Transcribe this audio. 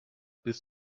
bis